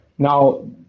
Now